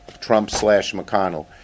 Trump-slash-McConnell